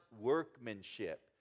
workmanship